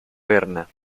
berna